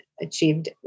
achieved